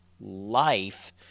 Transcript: life